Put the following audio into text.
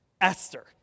Esther